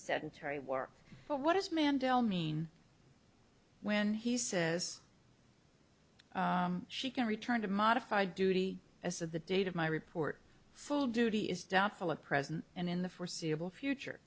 sedentary work but what does mandela mean when he says she can return to modify duty as the date of my report full duty is doubtful a present and in the foreseeable future